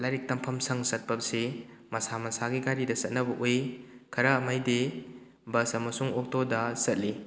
ꯂꯥꯏꯔꯤꯛ ꯇꯝꯐꯝ ꯁꯪ ꯆꯠꯄꯁꯤ ꯃꯁꯥ ꯃꯁꯥꯒꯤ ꯒꯥꯔꯤꯗ ꯆꯠꯅꯕ ꯎꯏ ꯈꯔꯃꯩꯗꯤ ꯕꯁ ꯑꯃꯁꯨꯡ ꯑꯣꯛꯇꯣꯗ ꯆꯠꯂꯤ